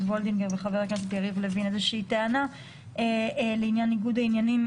וולדיגר וחבר הכנסת יריב לוין איזושהי טענה לעניין ניגוד העניינים,